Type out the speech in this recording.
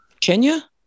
Kenya